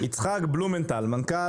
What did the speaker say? יצחק בלומנטל, מנכ"ל